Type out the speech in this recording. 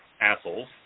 assholes